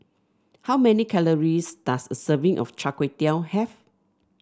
how many calories does a serving of Char Kway Teow have